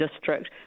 District